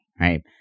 right